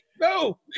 no